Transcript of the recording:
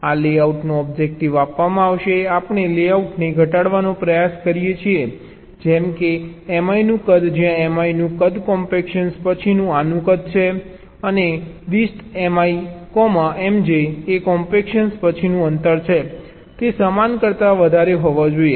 આ લેઆઉટનો ઓબ્જેક્ટિવ આપવામાં આવશે આપણે લેઆઉટને ઘટાડવાનો પ્રયાસ કરીએ છીએ જેમ કે Mi નું કદ જ્યાં Mi નું કદ કોમ્પેક્શન પછીનું આનું કદ છે અને distMi Mj એ કોમ્પેક્શન પછીનું અંતર છે તે સમાન કરતા વધારે હોવા જોઈએ